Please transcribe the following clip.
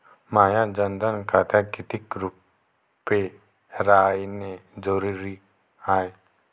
माह्या जनधन खात्यात कितीक रूपे रायने जरुरी हाय?